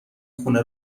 خونه